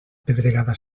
pedregada